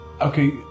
Okay